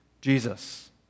Jesus